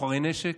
סוחרי נשק,